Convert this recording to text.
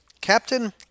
Captain